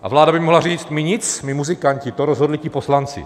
A vláda by mohla říct: My nic, my muzikanti, to rozhodli poslanci.